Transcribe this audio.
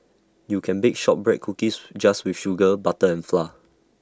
you can bake Shortbread Cookies just with sugar butter and flour